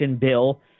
bill